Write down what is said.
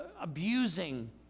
abusing